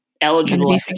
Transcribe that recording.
eligible